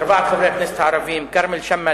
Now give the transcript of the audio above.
כרמל שאמה,